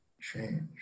change